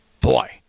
Boy